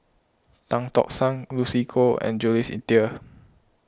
Tan Tock San Lucy Koh and Jules Itier